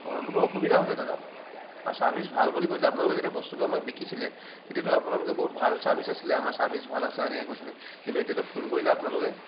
অঁ মোৰতো অসুবিধা হৈছে দাদা আৰু চাৰ্ভিছ ভাল বুলি কৈছিলে আপোনালোকে যেতিয়া মোক বস্তুটো বিকিছিলে তেতিয়াতো আপোনালোকে বহুত ভাল চাৰ্ভিছ আছিলে আমাৰ চাৰ্ভিছ ভাল আছে এনেকৈ কৈছিলে কিন্তু এতিয়াতো ফোন কৰিলে আপোনালোকে